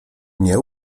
nie